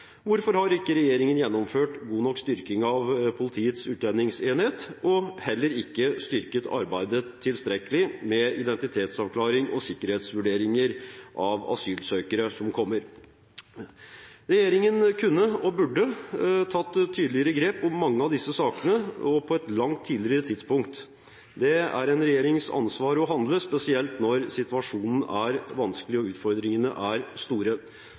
Hvorfor har ikke regjeringen gjennomført god nok styrking av Politiets utlendingsenhet og heller ikke styrket arbeidet med identitetsavklaring og sikkerhetsvurderinger av asylsøkere som kommer, tilstrekkelig? Regjeringen kunne og burde tatt tydeligere grep om mange av disse sakene, og på et langt tidligere tidspunkt. Det er en regjerings ansvar å handle, spesielt når situasjonen er vanskelig og utfordringene er store.